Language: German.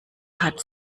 hat